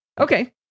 Okay